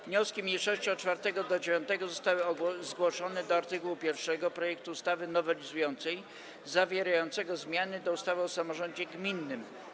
Wnioski mniejszości od 4. do 9. zostały zgłoszone do art. 1 projektu ustawy nowelizującej zawierającego zmiany do ustawy o samorządzie gminnym.